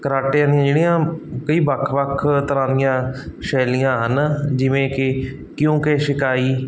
karate ਦੀਆਂ ਜਿਹੜੀਆਂ ਕਈ ਵੱਖ ਵੱਖ ਤਰ੍ਹਾਂ ਦੀਆਂ ਸ਼ੈਲੀਆਂ ਹਨ ਜਿਵੇਂ ਕਿ ਕਿਉਂਕਿ ਸ਼ਿਕਾਈ